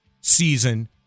season